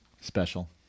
special